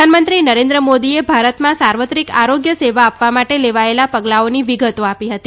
પ્રધાનમંત્રી નરેન્દ્ર મોદીએ ભારતમાં સાર્વત્રિક આરોગ્ય સેવા આપવા માટે લેવાયેલા પગલાંઓની વિગતો આપી હતી